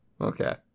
Okay